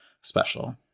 special